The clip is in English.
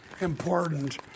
important